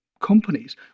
companies